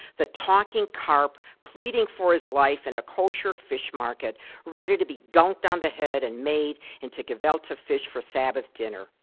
the talking carp pleading for his life in a kosher fish market ready to be gunked on the head and made into gefilte fish for sabbath dinner.